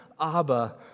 Abba